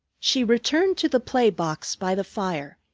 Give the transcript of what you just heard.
she returned to the play box by the fire,